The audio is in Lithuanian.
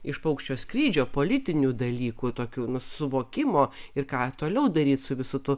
iš paukščio skrydžio politinių dalykų tokių nu suvokimo ir ką toliau daryt su visu tu